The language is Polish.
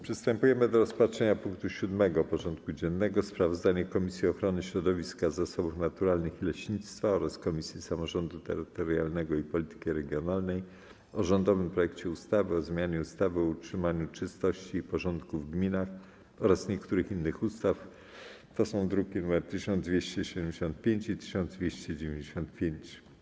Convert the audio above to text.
Przystępujemy do rozpatrzenia punktu 7. porządku dziennego: Sprawozdanie Komisji Ochrony Środowiska, Zasobów Naturalnych i Leśnictwa oraz Komisji Samorządu Terytorialnego i Polityki Regionalnej o rządowym projekcie ustawy o zmianie ustawy o utrzymaniu czystości i porządku w gminach oraz niektórych innych ustaw (druki nr 1275 i 1295)